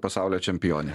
pasaulio čempionė